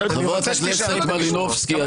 --- חברת הכנסת מלינובסקי,